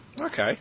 Okay